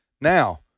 Now